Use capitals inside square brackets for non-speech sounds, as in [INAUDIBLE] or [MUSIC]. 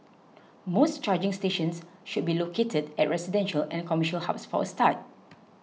more [NOISE] charging stations should be located at residential and a commercial hubs for a start